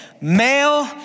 Male